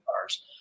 cars